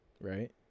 Right